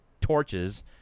torches